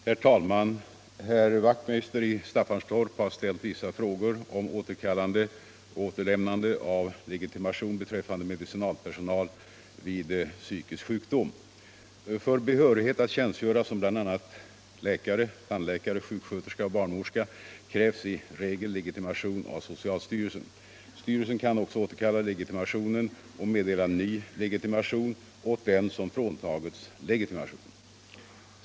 Herr talman! Herr Wachtmeister i Staffanstorp har ställt vissa frågor om återkallande och återlämnande av legitimation beträffande medicinalpersonal vid psykisk sjukdom. För behörighet att tjänstgöra som bl.a. läkare, tandläkare, sjuksköterska och barnmorska krävs i regel legitimation av socialstyrelsen. Styrelsen kan också återkalla legitimationen och meddela ny legitimation åt den som fråntagits legitimation.